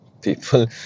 people